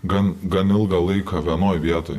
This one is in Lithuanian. gan gan ilgą laiką vienoj vietoj